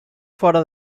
fora